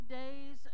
days